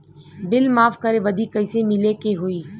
Bill माफ करे बदी कैसे मिले के होई?